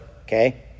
okay